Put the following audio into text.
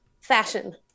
fashion